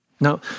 Now